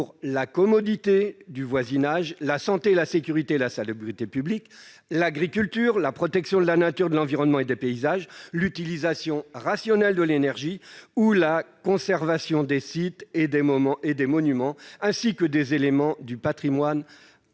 la commodité du voisinage, soit pour la santé, la sécurité, la salubrité publiques, soit pour l'agriculture, soit pour la protection de la nature, de l'environnement et des paysages, soit pour l'utilisation rationnelle de l'énergie, soit pour la conservation des sites et des monuments ainsi que des éléments du patrimoine